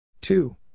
two